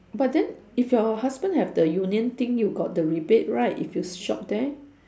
but then if your husband have the union thing you got the rebate right if you shop there